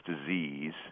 disease